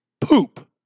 poop